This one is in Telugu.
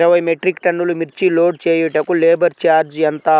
ఇరవై మెట్రిక్ టన్నులు మిర్చి లోడ్ చేయుటకు లేబర్ ఛార్జ్ ఎంత?